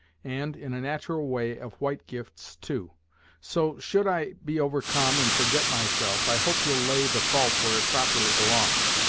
and, in a nat'ral way of white gifts too so, should i be overcome and forget myself, i hope you'll lay the fault where it properly belongs,